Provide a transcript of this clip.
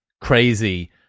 crazy